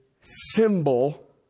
symbol